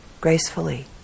gracefully